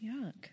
Yuck